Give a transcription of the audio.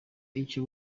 icyo